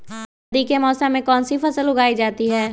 सर्दी के मौसम में कौन सी फसल उगाई जाती है?